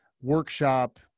workshop